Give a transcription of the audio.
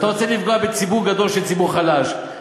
אתה רוצה לפגוע בציבור גדול שהוא ציבור חלש,